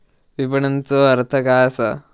विपणनचो अर्थ काय असा?